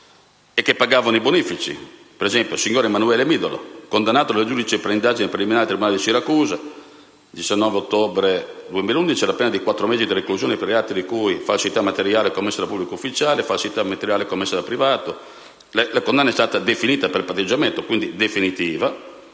e che pagavano i bonifici? Per esempio, il signor Emanuele Midolo è stato condannato dal giudice per le indagini preliminari del tribunale di Siracusa, il 19 ottobre 2011, alla pena di quattro mesi di reclusione per i reati di falsità materiale commessa da pubblico ufficiale e di falsità materiale commessa da privato. La condanna è stata definita per patteggiamento, quindi è definitiva: